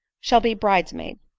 shall be bride's maid.